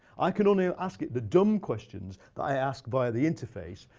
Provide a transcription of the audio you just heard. i can only ah ask it the dumb questions that i ask via the interface,